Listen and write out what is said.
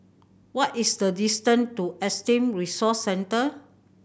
what is the distance to Autism Resource Centre